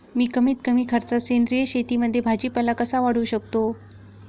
मी कमीत कमी खर्चात सेंद्रिय शेतीमध्ये भाजीपाला कसा वाढवू शकतो?